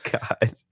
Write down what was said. God